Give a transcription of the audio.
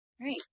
right